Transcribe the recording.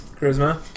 Charisma